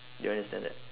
do you understand that